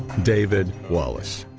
david wallace.